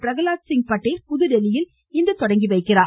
பிரகலாத் சிங் பட்டேல் புதுதில்லியில் இன்று தொடங்கி வைக்கிறார்